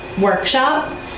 workshop